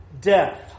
death